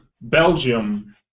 Belgium –